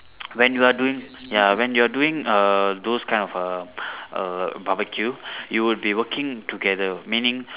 when are you doing ya when you are doing uh those kind of a a barbeque you would be working together meaning